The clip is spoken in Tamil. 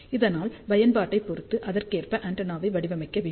அதனால் பயன்பாட்டைப் பொறுத்து அதற்கேற்ப ஆண்டெனாவை வடிவமைக்க வேண்டும்